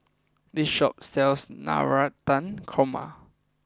this shop sells Navratan Korma